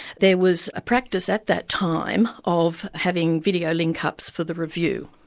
there was a practice at that time, of having video link-ups for the review.